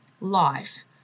life